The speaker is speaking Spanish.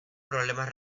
problemas